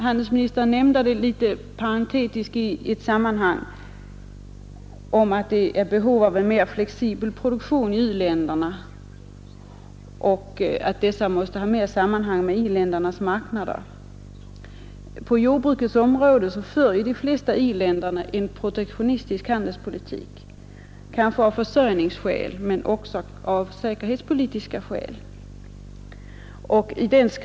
Handelsministern nämnde detta parentetiskt i samband med behovet av en mera flexibel produktion i u-länderna; den måste ha mera sammanhang med avsättningsmöjligheterna på i-ländernas marknader. På jordbrukets område för de flesta i-länder en protektionistisk handelspolitik — av försörjningsskäl men också av säkerhetspolitiska skäl.